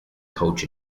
coach